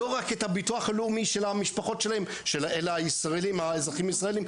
לא רק את הביטוח הלאומי של המשפחות שלהם אלה האזרחים הישראליים,